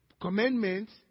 Commandments